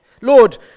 Lord